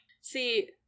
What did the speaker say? see-